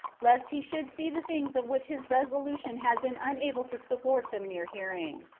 lest he should see the things of which his resolution had been unable to support the mere hearing.